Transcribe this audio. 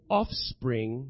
offspring